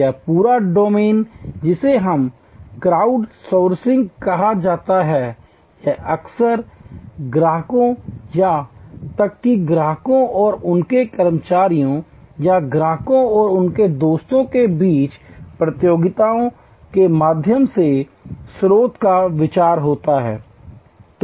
तो यह पूरा डोमेन जिसे क्राउड सोर्सिंग कहा जाता है या अक्सर ग्राहकों या यहां तक कि ग्राहकों और उनके कर्मचारियों या ग्राहकों और उनके दोस्तों के बीच प्रतियोगिताओं के माध्यम से स्रोत का विचार होता है